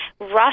Russia